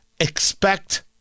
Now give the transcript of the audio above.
expect